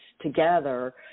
together